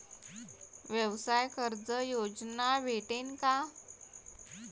व्यवसाय कर्ज योजना भेटेन का?